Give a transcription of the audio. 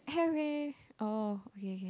have eh orh okay okay